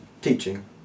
teaching